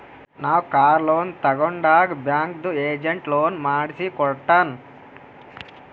ನಾವ್ car loan ತಗೊಂಡಾಗ್ ಬ್ಯಾಂಕ್ದು ಏಜೆಂಟ್ ಲೋನ್ ಮಾಡ್ಸಿ ಕೊಟ್ಟಾನ್